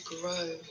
grow